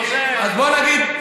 אז בוא נגיד,